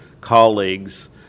colleagues